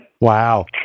Wow